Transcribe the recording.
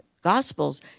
Gospels